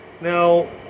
Now